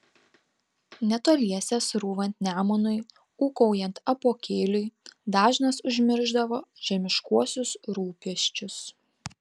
netoliese srūvant nemunui ūkaujant apuokėliui dažnas užmiršdavo žemiškuosius rūpesčius